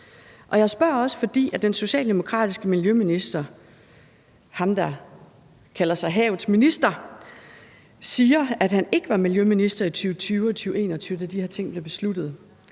Jeg spørger også, fordi den socialdemokratiske miljøminister, ham, der kalder sig havets minister, siger, at han ikke var miljøminister i 2020 og 2021, da de her ting blev besluttet,